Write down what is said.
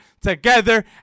together